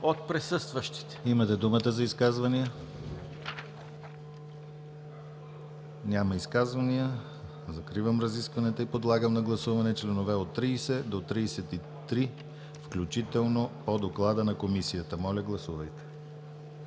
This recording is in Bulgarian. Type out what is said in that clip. ДИМИТЪР ГЛАВЧЕВ: Имате думата за изказвания. Няма изказвания. Закривам разискванията. Подлагам на гласуване членове от 30 до 33 включително по доклада на Комисията. Моля гласувайте.